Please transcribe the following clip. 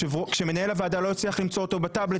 שמנהל הוועדה לא הצליח למצוא אותו בטאבלט,